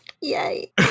Yay